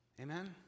Amen